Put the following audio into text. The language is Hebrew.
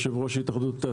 יושב ראש התאחדות התעשיינים,